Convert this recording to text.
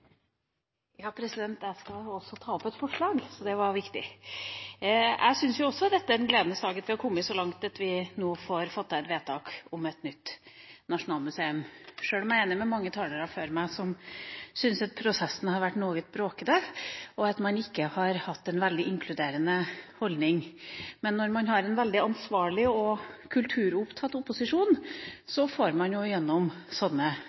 viktig. Jeg syns også dette er en gledens dag – at vi er kommet så langt at vi nå får fattet et vedtak om et nytt nasjonalmuseum, sjøl om jeg er enig med mange talere før meg som syns at prosessen har vært noe broket, og at man ikke har hatt en veldig inkluderende holdning. Men når man har en veldig ansvarlig og kulturopptatt opposisjon, får man igjennom sånne